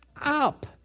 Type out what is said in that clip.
up